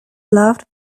loved